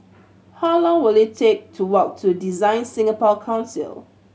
how long will it take to walk to DesignSingapore Council